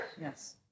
Yes